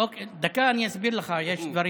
דקה, אני אסביר לך, יש דברים